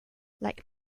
like